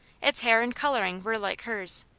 its hair and colouring were like hers,